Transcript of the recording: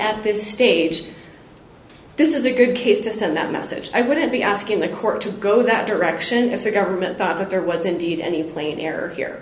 at this stage this is a good case to send that message i wouldn't be asking the court to go that direction if the government thought that there was indeed any plain air here